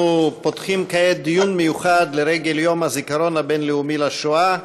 אנחנו פותחים כעת דיון מיוחד לרגל יום הזיכרון הבין-לאומי לשואה,